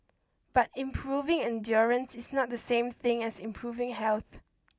but improving endurance is not the same thing as improving health